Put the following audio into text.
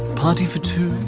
party for two?